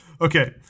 okay